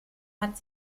hat